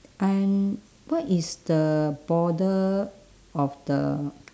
and what is the border of the